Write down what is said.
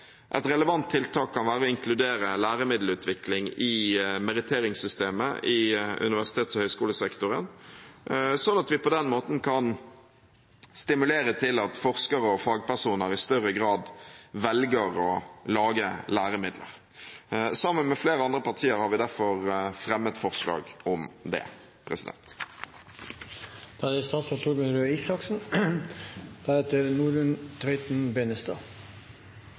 et relevant tiltak kan være å inkludere læremiddelutvikling i meritteringssystemet i universitets- og høyskolesektoren, sånn at vi på den måten kan stimulere til at forskere og fagpersoner i større grad velger å lage læremidler. Sammen med flere andre partier har vi derfor fremmet forslag om det. Dette er første gang det